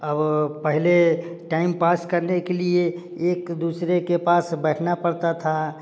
अब पहले time pass करने के लिए एक दूसरे के पास बैठना पड़ता था